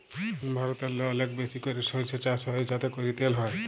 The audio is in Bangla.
ভারতেল্লে অলেক বেশি ক্যইরে সইরসা চাষ হ্যয় যাতে ক্যইরে তেল হ্যয়